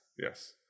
Yes